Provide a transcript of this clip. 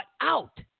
out